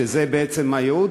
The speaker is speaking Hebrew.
שזה בעצם הייעוד.